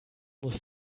muss